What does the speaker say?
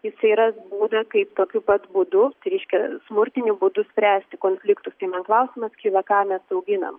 jisai ras būdą kaip tokiu pat būdu reiškia smurtiniu būdu spręsti konfliktus tai man klausimas kyla ką mes auginam